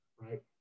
right